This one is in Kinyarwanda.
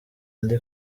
ndi